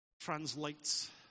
translates